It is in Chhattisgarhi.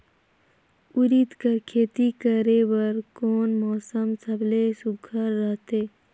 उरीद कर खेती करे बर कोन मौसम सबले सुघ्घर रहथे?